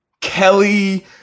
Kelly